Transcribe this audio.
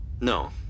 No